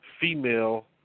female